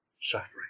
suffering